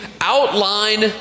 outline